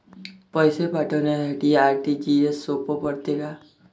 पैसे पाठवासाठी आर.टी.जी.एसचं सोप पडते का?